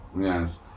Yes